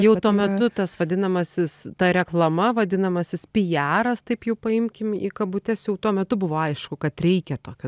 jau tuo metu tas vadinamasis ta reklama vadinamasis pijaras taip jau paimkim į kabutes jau tuo metu buvo aišku kad reikia tokio